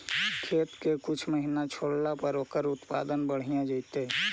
खेत के कुछ महिना छोड़ला पर ओकर उत्पादन बढ़िया जैतइ?